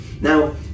Now